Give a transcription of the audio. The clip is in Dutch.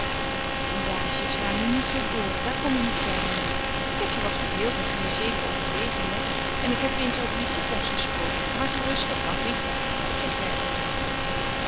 kom baasje sla nu niet zoo door daar kom je niet verder mee ik heb je wat verveeld met financiëele overwegingen en ik heb je eens over je toekomst gesproken maar gerust dat kan geen kwaad wat zeg jij otto